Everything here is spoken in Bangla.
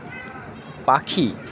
পাখি